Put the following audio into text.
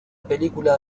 película